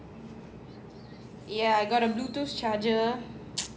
ya I got a bluetooth charger